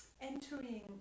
entering